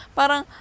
parang